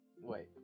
Wait